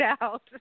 out